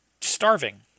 starving